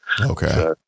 Okay